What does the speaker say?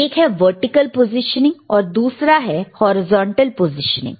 एक है vertical positioning और दूसरा है हॉरिजॉन्टल पोजिशनिंग